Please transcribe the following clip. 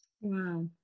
Wow